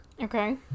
Okay